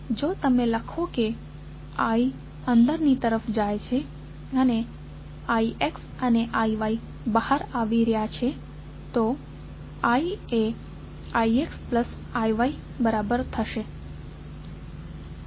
જો તમે લખો કે I અંદર ની તરફ જાય છે અને Ix અને IY બહાર આવી રહ્યો છે તો I એ Ix Iy બરાબર થશે